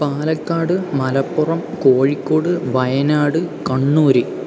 Palakkad Malappuram Kozhikode Wayanad Kannur